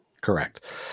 Correct